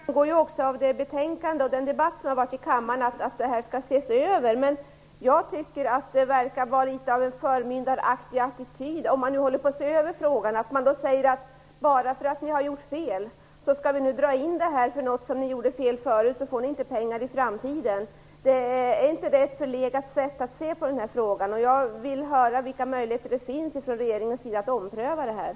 Herr talman! Det framgår av betänkandet och av den debatt som har förts i kammaren att detta skall ses över, men jag tycker att det verkar finnas en förmyndaraktig attityd. Man säger: Bara därför att ni tidigare har gjort fel skall vi nu dra in det här, så att ni inte får några pengar i framtiden. Är inte detta ett förlegat sätt att handlägga en sådan fråga? Jag vill höra vilka möjligheter regeringen har att ompröva detta.